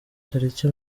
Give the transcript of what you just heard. tariki